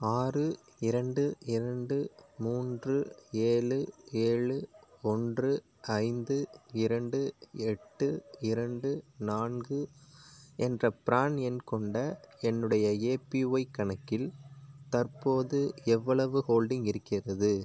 ஆறு இரண்டு இரண்டு மூன்று ஏழு ஏழு ஒன்று ஐந்து இரண்டு எட்டு இரண்டு நான்கு என்ற பிரான் எண் கொண்ட என்னுடைய ஏபிஒய் கணக்கில் தற்போது எவ்வளவு ஹோல்டிங் இருக்கிறது